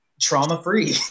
trauma-free